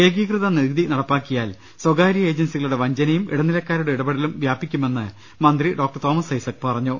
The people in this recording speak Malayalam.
ഏക്ടീകൃത നികുതി നട പ്പാക്കിയാൽ സ്വകാര്യ ഏജൻസികളുടെ വഞ്ചനയും ഇട്ടനിലക്കാരുടെ ഇട പെടലും വ്യാപിക്കുമെന്ന് മന്ത്രി ഡോക്ടർ തോമസ് ഐസക് പറഞ്ഞു